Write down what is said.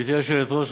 גברתי היושבת-ראש,